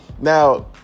Now